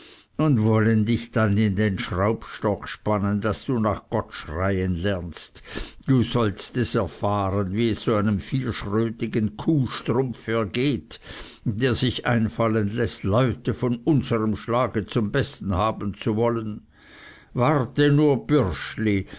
und wollen dich dann in den schraubstock spannen daß du nach gott schreien lernst du sollst es erfahren wie es so einem vierschrötigen kuhstrumpf ergeht der sich einfallen läßt leute von unserm schlage zum besten haben zu wollen warte nur bürschli